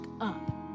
up